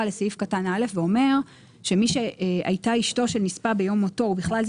לסעיף קטן (א) ואומר שמי שהייתה אשתו של נספה ביום מותו ובכלל זה